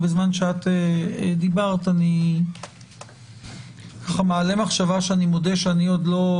בזמן שאת דיברת, עלתה לי מחשבה, שאני מודה שלא